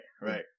right